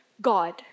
God